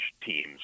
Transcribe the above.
teams